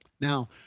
Now